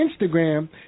instagram